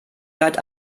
bleibt